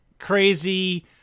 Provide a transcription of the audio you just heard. crazy